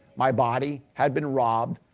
my body had been robbed,